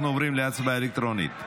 אנחנו עוברים להצבעה אלקטרונית.